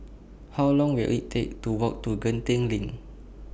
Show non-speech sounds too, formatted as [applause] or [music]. How Long Will IT Take to Walk to [unintelligible] LINK